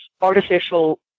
artificial